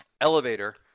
elevator